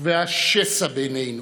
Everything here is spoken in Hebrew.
והשסע בינינו.